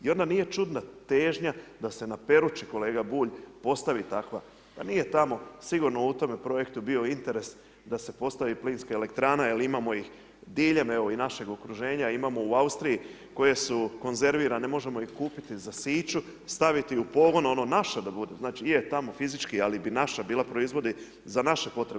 I onda nije čudna težnja da se na Peruči kolega Bulj postavi takva, pa nije tamo sigurno u tome projektu bio interes da se postavi plinska elektrana jer imamo ih diljem evo i našeg okruženja, imamo u Austriji koje su konzervirane možemo ih kupiti za siću, staviti i u pogon ono naše da bude, znači je tamo fizički ali bi naša bila proizvodi za naše potrebe.